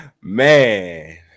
Man